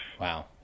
Wow